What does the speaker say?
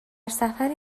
سفر